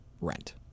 rent